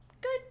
good